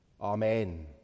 Amen